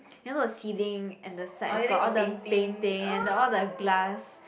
you know the ceiling and the sides got all the painting and the all the glass